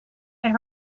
and